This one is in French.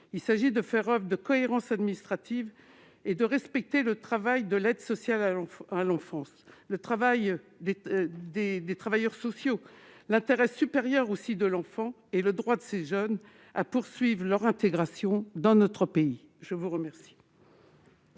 Il s'agit de faire oeuvre de cohérence administrative et de respecter le travail de l'aide sociale à l'enfance, le travail des travailleurs sociaux, l'intérêt supérieur de l'enfant et le droit de ces jeunes à poursuivre leur intégration dans notre pays. L'amendement